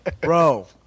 bro